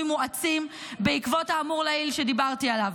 מואצים בעקבות האמור לעיל שדיברתי עליו.